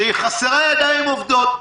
שהיא חסרה בידיים עובדות.